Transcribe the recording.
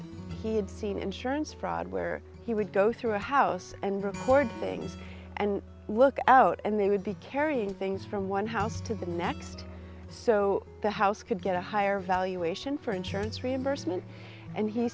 he had seen insurance fraud where he would go through a house and report things and look out and they would be carrying things from one house to the next so the house could get a higher valuation for insurance reimbursement and he